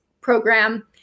program